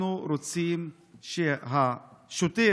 אנחנו רוצים שהשוטר